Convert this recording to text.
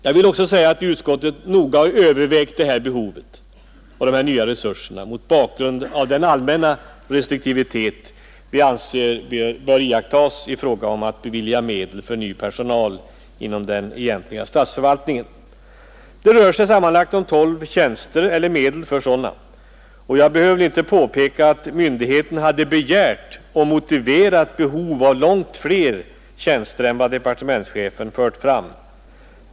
Jag vill framhålla att utskottet noga har övervägt behovet mot bakgrund av den allmänna restriktivitet vi anser bör iakttas i fråga om att bevilja medel för ny personal inom den egentliga statsförvaltningen. Det rör sig om medel för sammanlagt 12 tjänster. Jag behöver inte påpeka att myndigheten hade begärt och motiverat behov av långt fler tjänster än vad departementschefen har föreslagit.